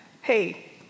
hey